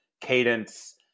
cadence